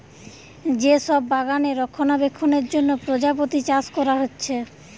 যে সব বাগানে রক্ষণাবেক্ষণের জন্যে প্রজাপতি চাষ কোরা হচ্ছে